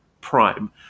prime